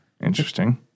Interesting